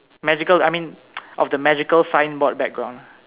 magical I mean of the magical signboard background